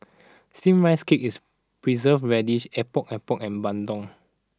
Steamed Rice Cake is Preserved Radish Epok Epok and Bandung